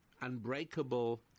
unbreakable